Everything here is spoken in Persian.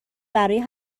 برای